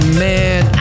man